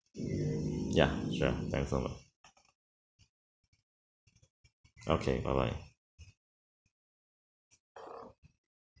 ya sure thanks so much okay bye bye